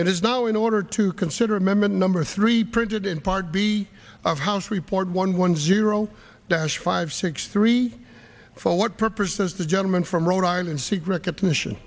it is now in order to consider him a number three printed in part b of house report one one zero dollars five six three for what purpose does the gentleman from rhode island seek recognition